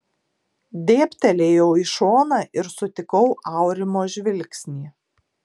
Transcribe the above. dėbtelėjau į šoną ir sutikau aurimo žvilgsnį